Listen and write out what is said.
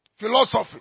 Philosophy